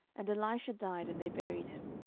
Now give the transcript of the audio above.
and elisha died, and they buried him.